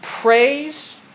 Praise